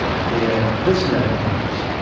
their personalities,